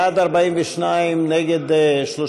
בעד, 42, נגד, 34,